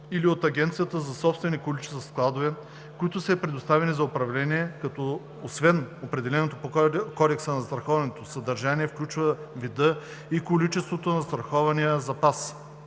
или от агенцията за собствени количества в складове, които са ѝ предоставени за управление, като освен определеното по Кодекса за застраховането съдържание включва вида и количеството на застрахования запас.